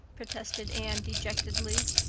protested anne dejectedly.